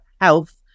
health